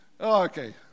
Okay